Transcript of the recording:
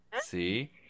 See